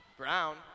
Brown